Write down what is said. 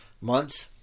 months